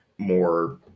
more